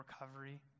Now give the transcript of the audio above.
recovery